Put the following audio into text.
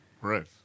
Right